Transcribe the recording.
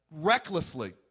recklessly